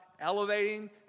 elevating